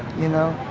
you know?